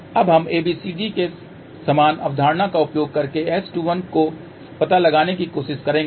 अब हम ABCD के समान अवधारणा का उपयोग करके S21 का पता लगाने की कोशिश करेंगे